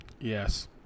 Yes